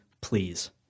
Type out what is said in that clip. please